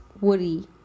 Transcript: Woody